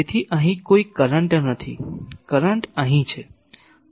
તેથી અહીં કોઈ કરંટ નથી કરંટ અહીં છે